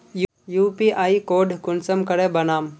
UPI code कुंसम करे बनाम?